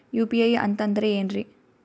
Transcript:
UPI ಅಂತಂದ್ರೆ ಏನ್ರೀ?